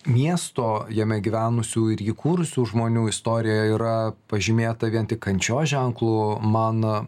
miesto jame gyvenusių ir jį kūrusių žmonių istorija yra pažymėta vien tik kančios ženklu man